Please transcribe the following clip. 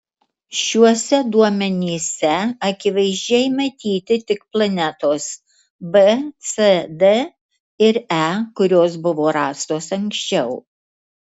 šiuose duomenyse akivaizdžiai matyti tik planetos b c d ir e kurios buvo rastos anksčiau